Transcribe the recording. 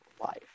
life